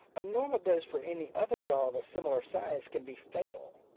a normal dose for any other dog of similar size can be fatal,